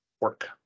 work